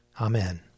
Amen